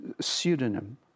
pseudonym